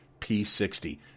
P60